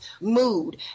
mood